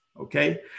okay